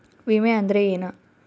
ವಿಮೆ ಅಂದ್ರೆ ಏನ?